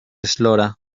eslora